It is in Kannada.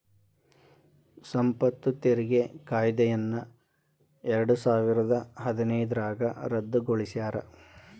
ಸಂಪತ್ತು ತೆರಿಗೆ ಕಾಯ್ದೆಯನ್ನ ಎರಡಸಾವಿರದ ಹದಿನೈದ್ರಾಗ ರದ್ದುಗೊಳಿಸ್ಯಾರ